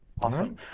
Awesome